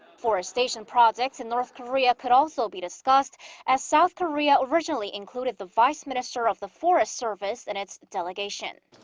forestation projects in north korea could also be discussed as south korea originally included the vice minister of the forest service in its delegation.